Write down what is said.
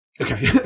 Okay